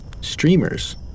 streamers